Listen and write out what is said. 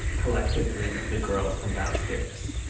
collectively, the girls from downstairs.